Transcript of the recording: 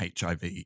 HIV